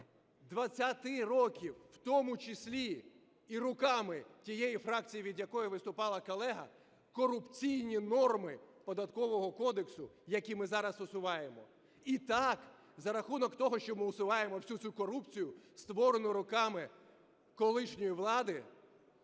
20 років, в тому числі і руками тієї фракції, від якої виступала колега, корупційні норми Податкового кодексу, які ми зараз усуваємо. І так, за рахунок того, що ми усуваємо всю цю корупцію, створену роками колишньої влади,